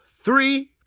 three